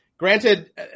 Granted